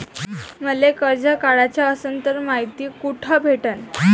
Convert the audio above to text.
मले कर्ज काढाच असनं तर मायती कुठ भेटनं?